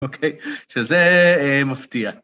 אוקיי? שזה מפתיע.